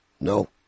No